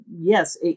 yes